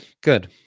good